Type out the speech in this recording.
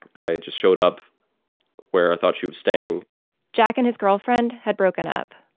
i just showed up where i thought she was staying jack and his girlfriend had broken up.